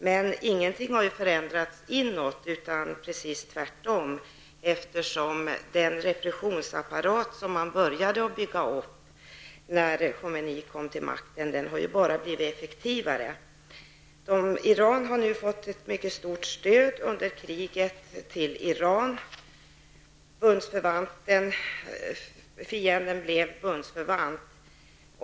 Men ingenting har förändrats inom landet -- tvärtom. Den repressionsapparat som började byggas upp när Khomeini kom till makten har bara blivit effektivare. Iran har nu fått ett mycket stort stöd under kriget med Irak -- fienden blev bundsförvant.